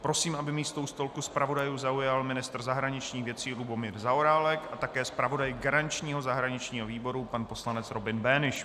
Prosím, aby místo u stolku zpravodajů zaujal ministr zahraničních věcí Lubomír Zaorálek a také zpravodaj garančního zahraničního výboru pan poslanec Robin Böhnisch.